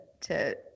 to-